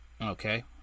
Okay